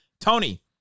Tony